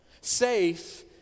Safe